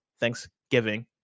Thanksgiving